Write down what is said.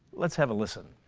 let's have a listen.